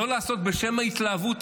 לא לעשות שטויות בשל ההתלהבות,